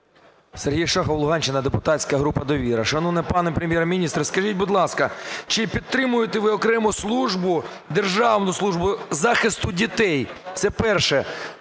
Сергій Шахов, Луганщина, депутатська група "Довіра". Шановний пане Прем'єр-міністр, скажіть, будь ласка, чи підтримуєте ви окремо службу, Державну службу захисту дітей? Це перше.